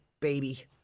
baby